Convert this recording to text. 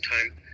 time